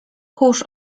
kurz